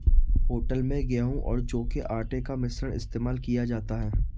hotel में गेहूं और जौ के आटे का मिश्रण इस्तेमाल किया जाता है